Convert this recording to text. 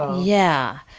yeah,